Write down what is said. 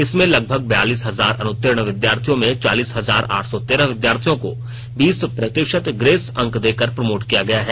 इसमें लगभग बयालीस हजार अनुतीर्ण विद्यार्थियों में चालीस हजार आठ सौ तेरह विद्यार्थियों को बीस प्रतिशत ग्रेस अंक देकर प्रमोट किया गया है